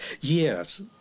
yes